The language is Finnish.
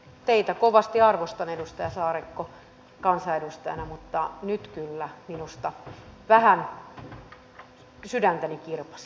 teitä kovasti arvostan edustaja saarikko kansanedustajana mutta nyt kyllä vähän sydäntäni kirpaisi